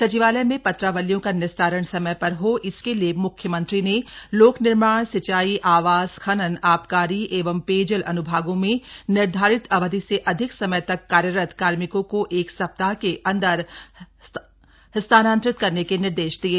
सचिवालय में पत्रावलियों का निस्तारण समय पर हो इसके लिये म्ख्यमंत्री ने लोक निर्माण सिंचाई आवास खनन आबकारी एवं पेयजल अन्भागों में निर्धारित अवधि से अधिक समय तक कार्यरत कार्मिकों को एक सप्ताह के अन्दर स्थानान्तरित करने के निर्देश दिये